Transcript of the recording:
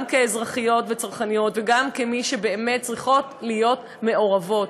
גם כאזרחיות וצרכניות וגם כמי שבאמת צריכות להיות מעורבות.